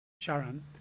Sharon